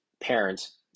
parents